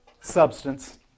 substance